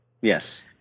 Yes